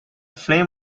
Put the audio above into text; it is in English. film